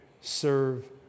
Serve